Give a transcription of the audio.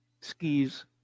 Skis